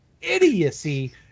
idiocy